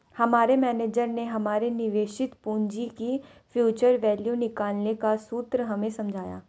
हमारे मेनेजर ने हमारे निवेशित पूंजी की फ्यूचर वैल्यू निकालने का सूत्र हमें समझाया